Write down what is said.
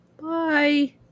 Bye